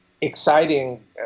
exciting